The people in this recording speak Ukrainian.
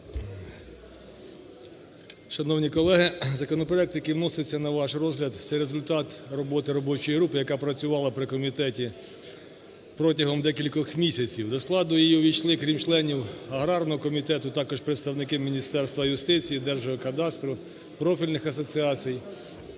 Шановні колеги, законопроект, який вноситься на ваш розгляд, це результат роботи робочої групи, яка працювала при комітеті протягом декількох місяців. До складу її увійшли, крім членів аграрного комітету, також представники Міністерства юстиції, Держгеокадастру, профільних асоціацій.